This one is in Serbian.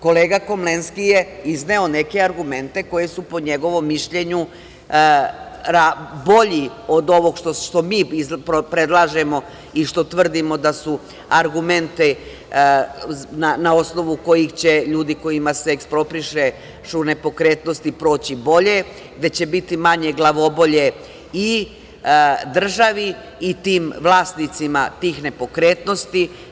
Kolega Komlenski je izneo neke argumente, koji su po njegovom mišljenju bolji od ovog što mi predlažemo i što tvrdimo da su argumenti na osnovu kojih će ljudi kojima se eksproprišu nepokretnosti proći bolje, gde će biti manje glavobolje i državi i tim vlasnicima tih nepokretnosti.